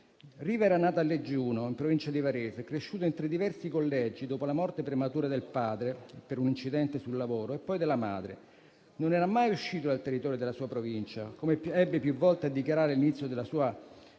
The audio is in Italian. Riva era nato a Leggiuno, in provincia di Varese, e cresciuto in tre diversi collegi dopo la morte prematura del padre per un incidente sul lavoro e, poi, della madre. Non era mai uscito dal territorio della sua Provincia e - come ebbe più volte a dichiarare - all'inizio non era